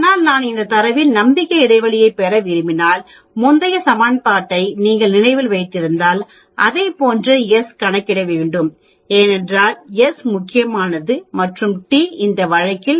ஆனால் நான் இந்தத் தரவில் நம்பிக்கை இடைவெளியைப் பெற விரும்பினால் முந்தைய சமன்பாட்டை நீங்கள் நினைவில் வைத்திருந்தால் அதைப்போன்றே s கணக்கிட வேண்டும் ஏனென்றால் s முக்கியமானது மற்றும் டி இந்த வழக்கில் 2